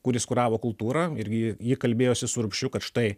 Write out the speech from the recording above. kuris kuravo kultūrą irgi ji kalbėjosi su urbšiu kad štai